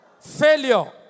failure